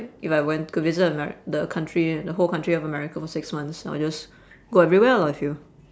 if I went could visit amer~ the country the whole county of america for six months I'll just go everywhere lah with you